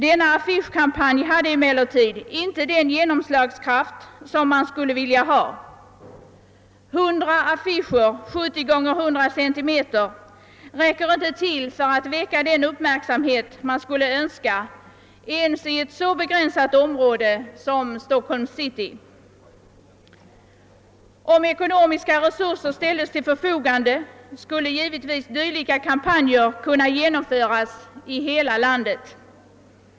Men affischkampanjen hade emellertid inte den genomslagskraft som man skulle ha önskat. Hundra affischer med måtten 70 Xx 100 centimeter räcker inte till för att väcka den önskvärda uppmärksamheten ens i ett så begränsat område som Stockholms city. Om ekonomiska resurser ställdes till förfogande, skulle givetvis dylika kampanjer kunna genomföras i hela landet.